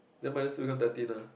then minus two become thirteen ah